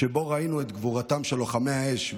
שבה ראינו את גבורתם של לוחמי האש,